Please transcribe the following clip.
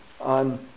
on